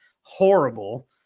horrible